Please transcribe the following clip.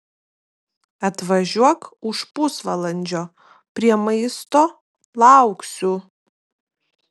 atvažiuok už pusvalandžio prie maisto lauksiu